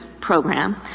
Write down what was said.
program